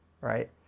right